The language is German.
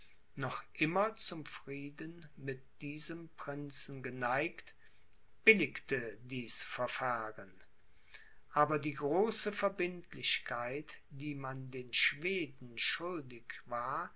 noch immer zum frieden mit diesem prinzen geneigt billigte dies verfahren aber die große verbindlichkeit die man den schweden schuldig war